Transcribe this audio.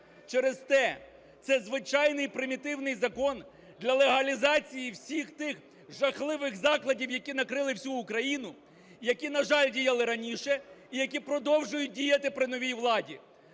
Через те це звичайний, примітивний закон для легалізації всіх тих жахливих закладів, які накрили всю Україну, які, на жаль, діяли раніше, і які продовжують діяти при новій владі.